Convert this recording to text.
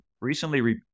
recently